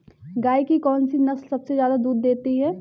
गाय की कौनसी नस्ल सबसे ज्यादा दूध देती है?